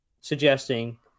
suggesting